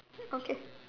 okay